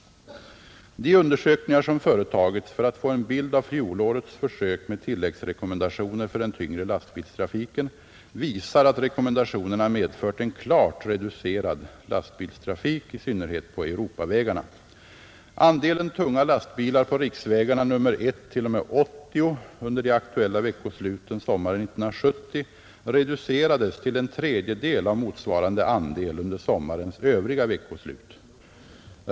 De undersökningar, som företagits för att få en bild av fjolårets försök med tilläggsrekommendationer för den tyngre lastbilstrafiken, visar att rekommendationerna medfört en klart reducerad lastbilstrafik, i synnerhet på Europavägarna. Andelen tunga lastbilar på riksvägarna nr 1—80 under de aktuella veckosluten sommaren 1970 reducerades till en tredjedel av motsvarande andel under sommarens övriga veckoslut.